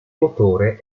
motore